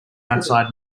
outside